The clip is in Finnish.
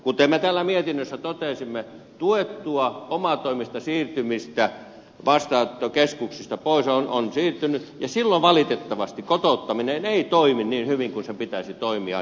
kuten me täällä mietinnössä totesimme omatoimista siirtymistä vastaanottokeskuksista pois on tuettu ja silloin valitettavasti kotouttaminen ei toimi niin hyvin kuin sen pitäisi toimia